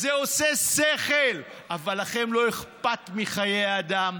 זה עושה שכל, אבל לכם לא אכפת מחיי אדם.